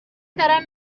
دارم